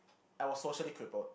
I was socially crippled